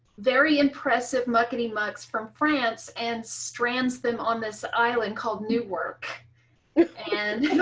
very impressive mucky mucks from france and strands them on this island called new work and